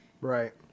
Right